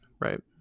Right